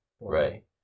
Right